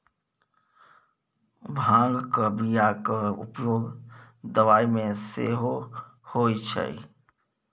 भांगक बियाक उपयोग दबाई मे सेहो होए छै